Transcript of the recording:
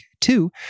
two